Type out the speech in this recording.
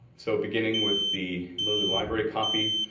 so beginning with the lilly library copy.